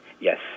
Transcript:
Yes